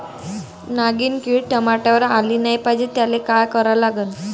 नागिन किड टमाट्यावर आली नाही पाहिजे त्याले काय करा लागन?